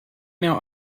now